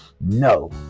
No